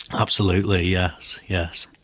absolutely, yes, yes.